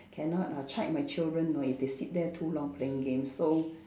cannot uh check my children you know if they sit there too long playing games so